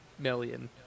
million